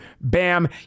Bam